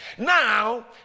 Now